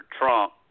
Trump